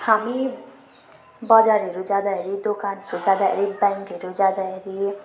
हामी बजारहरू जाँदाखेरि दोकानहरू जाँदाखेरि ब्याङ्कहरू जाँदाखेरि